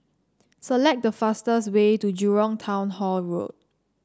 select the fastest way to Jurong Town Hall Road